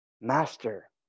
master